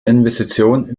investition